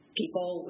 people